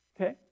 Okay